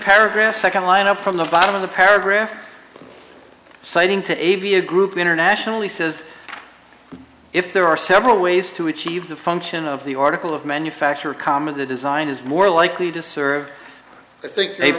paragraph second line up from the bottom of the paragraph citing to abiah group internationally says if there are several ways to achieve the function of the article of manufacture comma the design is more likely to serve